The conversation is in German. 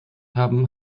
haben